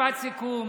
משפט סיכום.